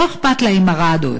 לא אכפת להם ערד,